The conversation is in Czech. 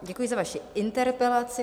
Děkuji za vaši interpelaci.